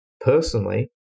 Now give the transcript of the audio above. personally